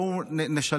בואו נשים אותם,